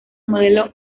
modelo